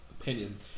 opinion